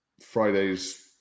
friday's